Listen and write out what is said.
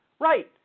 Right